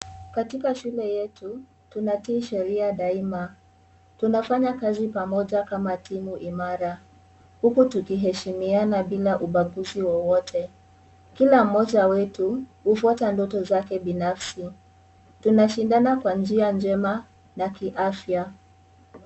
Katika shule yetu, tunatii sheria daima. Tunafanya kazi pamoja kama timu imara huku tukiheshimiana bila ubaguzi wowote. Kila mmoja wetu hufuata ndogo zake binafsi. Tunashindana kwa njia njema na kiafya.